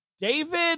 David